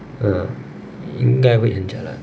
uh 应该会很 jialat